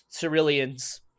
Ceruleans